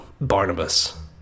Barnabas